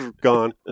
Gone